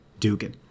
Dugin